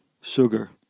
sugar